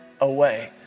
away